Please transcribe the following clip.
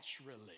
naturally